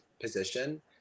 position